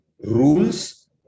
rules